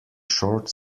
short